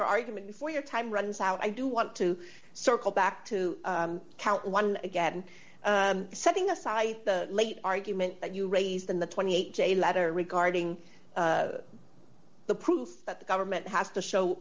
your argument before your time runs out i do want to circle back to count one again setting aside the late argument that you raised in the twenty eight day letter regarding the proof that the government has to show